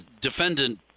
defendant